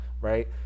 right